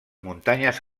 muntanyes